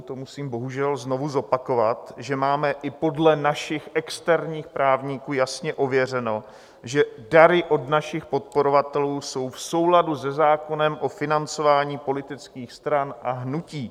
To musím bohužel znovu zopakovat, že máme i podle našich externích právníků jasně ověřeno, že dary od našich podporovatelů jsou v souladu se zákonem o financování politických stran a hnutí.